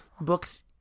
books